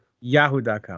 Yahoo.com